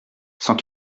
cent